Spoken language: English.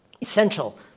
Essential